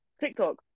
tiktok